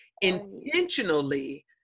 intentionally